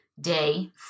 day